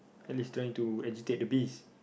and it's trying to agitate the bees